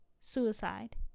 suicide